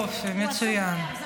לא, הוא עסוק.